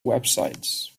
websites